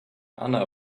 anna